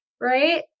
right